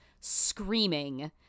screaming